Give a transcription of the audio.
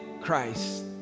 Christ